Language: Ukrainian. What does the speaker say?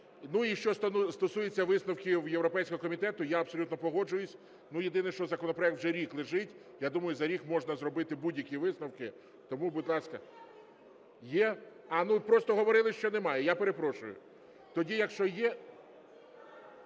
Ну, і що стосується висновків європейського комітету, я абсолютно погоджуюсь, єдине, що законопроект вже рік лежить. Я думаю, за рік можна зробити будь-які висновки. Тому, будь ласка… (Шум у залі) Є? Просто говорили, що немає, я перепрошую. Тоді якщо є…